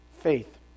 faith